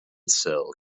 cell